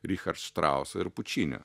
richard štrauso ir pučinio